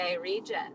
region